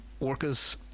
orcas